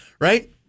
Right